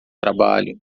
trabalho